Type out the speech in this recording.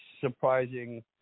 surprising